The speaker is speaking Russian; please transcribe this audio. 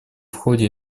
ходе